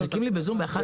מחכים לי בזום.